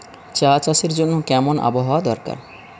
চা চাষের জন্য কেমন আবহাওয়া দরকার?